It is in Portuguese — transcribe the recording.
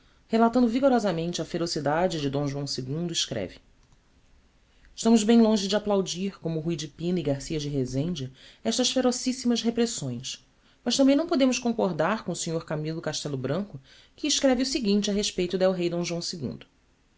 relatando vigorosamente a ferocidade de d joão ii escreve estamos bem longe d'applaudir com ruy de pina e garcia de rezende estas ferocissimas repressões mas tambem não podemos concordar com o snr camillo castello branco que escreve o seguinte a respeito d'el-rei d joão ii